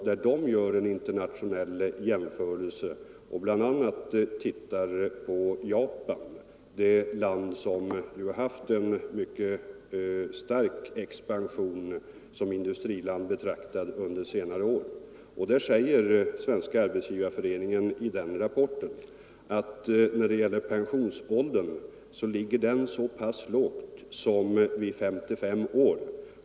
Där gör man en internationell jämförelse och ser bl.a. på Japan, ett land som ju har haft en mycket stark expansion som industriland betraktat under senare år. I den rapporten säger Svenska arbetgivareföreningen: ”Pensionsåldern ligger så pass lågt som vid 55 år.